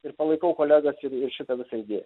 ir palaikau kolegas ir šitą visą idėją